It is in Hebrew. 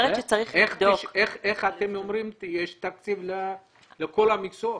איך אתם אומרים שיש תקציב לכל המקצועות?